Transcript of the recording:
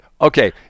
Okay